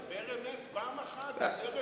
דבר אמת פעם אחת.